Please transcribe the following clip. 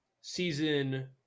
season